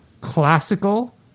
classical